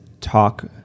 talk